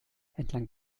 entlang